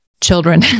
children